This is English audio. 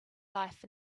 life